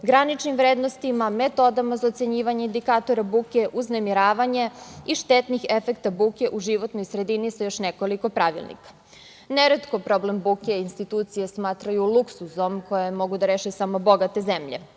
graničnim vrednostima, metodama za ocenjivanje indikatora buke, uznemiravanje i štetnih efekta buke u životnoj sredini sa još nekoliko pravilnika. Neretko problem buke institucije smatraju luksuzom koji mogu da reše samo bogate zemlje,